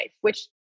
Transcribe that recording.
which-